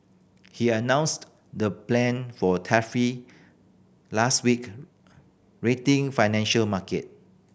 he announced the plan for tariff last week rattling financial market